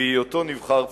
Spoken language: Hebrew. בהיותו נבחר ציבור.